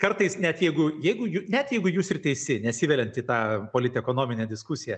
kartais net jeigu jeigu jų net jeigu jūs ir teisi nesiveliant į tą polit ekonominę diskusiją